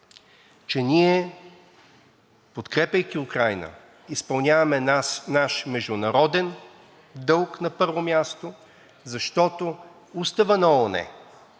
че ние, подкрепяйки Украйна, изпълняваме наш международен дълг на първо място, защото в Устава на ООН